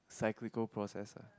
cyclical process ah